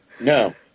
No